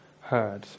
heard